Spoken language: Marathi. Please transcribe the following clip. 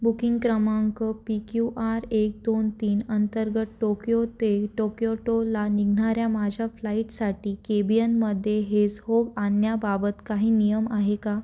बुकिंग क्रमांक पी क्यू आर एक दोन तीन अंतर्गत टोकियो ते टोक्योटोला निघणाऱ्या माझ्या फ्लाईटसाठी केबियनमध्ये हेसहोग आणण्याबाबत काही नियम आहे का